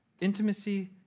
intimacy